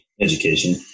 education